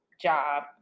job